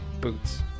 boots